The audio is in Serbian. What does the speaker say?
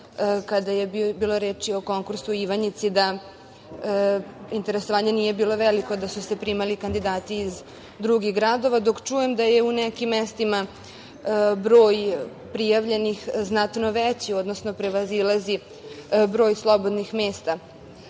kada je bilo reči o konkursu u Ivanjici, interesovanje nije bilo veliko da su se primali kandidati iz drugih gradova, dok čujem da je u nekim mestima broj prijavljenih znatno veći, odnosno prevazilazi broj slobodnih mesta.